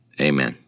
Amen